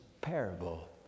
parable